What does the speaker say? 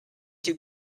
two